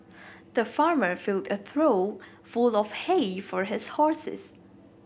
the farmer filled a trough full of hay for his horses